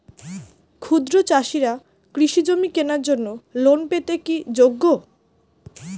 ক্ষুদ্র চাষিরা কৃষিজমি কেনার জন্য লোন পেতে কি যোগ্য?